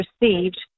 received